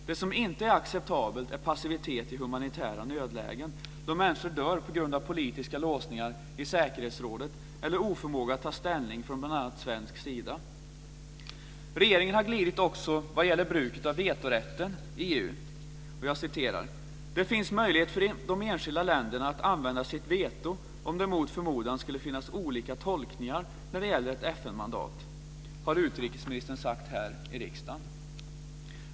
Det som inte är acceptabelt är passivitet i humanitära nödlägen där människor dör på grund av politiska låsningar i säkerhetsrådet eller oförmåga att ta ställning från bl.a. svensk sida. Regeringen har glidit också vad gäller bruket av vetorätten i EU. "Det finns möjlighet för de enskilda länderna att använda sitt veto om det mot förmodan skulle finnas olika tolkningar när det gäller ett FN mandat". Det har utrikesministern sagt här i riksdagen.